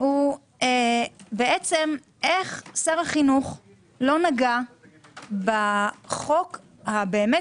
איך שר החינוך לא נגע בחוק הבאמת